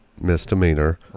misdemeanor